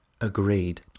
agreed